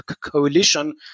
coalition